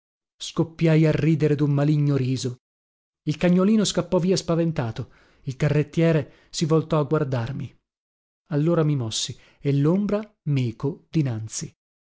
unanca scoppiai a ridere dun maligno riso il cagnolino scappò via spaventato il carrettiere si voltò a guardarmi allora mi mossi e lombra meco dinanzi